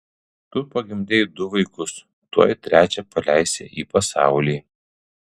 tu pagimdei du vaikus tuoj trečią paleisi į pasaulį